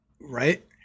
right